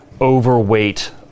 overweight